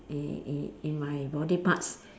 in in in my body parts